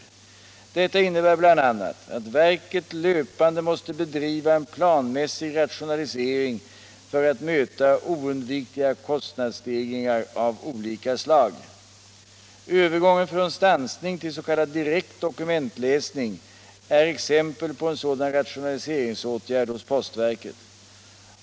Detta innebär bl.a. att verket löpande måste bedriva en planmässig rationa — oo lHisering för att möta oundvikliga kostnadsstegringar av olika slag. Över Om åtgärder för att gången från stansning till s.k. direkt dokumentläsning är exempel på trygga sysselsätt en sådan rationaliseringsåtgärd hos postverket.